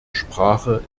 sprache